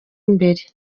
imbere